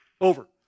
over